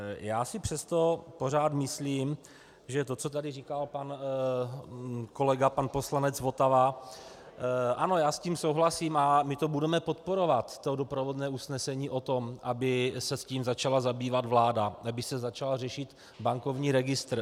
Já si přesto pořád myslím, že to, co tady říkal pan kolega poslanec Votava, ano, já s tím souhlasím a my to budeme podporovat, doprovodné usnesení o tom, aby se tím začala zabývat vláda, aby se začal řešit bankovní registr.